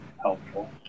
helpful